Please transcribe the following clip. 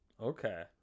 okay